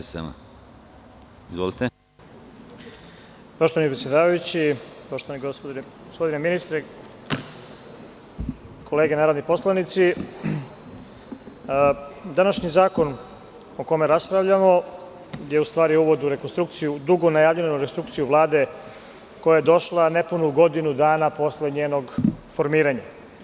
Gospodine predsedavajući, gospodine ministre, kolege narodni poslanici, današnji zakon o kome raspravljamo je u stvari uvod u rekonstrukciju, dugo najavljivanu rekonstrukciju Vlade koja je došla nepunu godinu dana posle njenog formiranja.